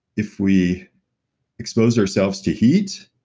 if we expose ourselves to heat,